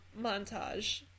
montage